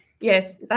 Yes